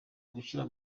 gushyira